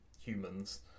humans